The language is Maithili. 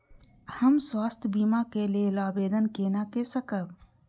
हम स्वास्थ्य बीमा के लेल आवेदन केना कै सकब?